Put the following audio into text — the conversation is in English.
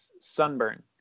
sunburn